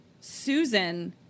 Susan